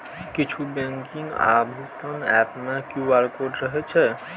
किछु बैंकिंग आ भुगतान एप मे क्यू.आर कोड रहै छै